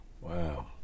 Wow